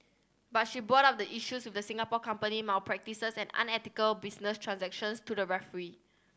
but she brought up the issues with the Singapore company malpractices and unethical business transactions to the referee